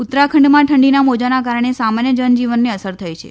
ઉત્તરાખંડમાં ઠંડીના મોજાના કારણે સામાન્ય જનજીવનને અસર થઈ છે